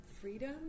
freedom